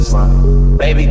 Baby